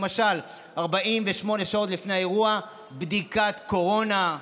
למשל, 48 שעות לפני האירוע, בדיקת קורונה.